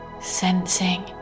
sensing